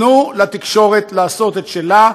תנו לתקשורת לעשות את שלה,